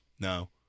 No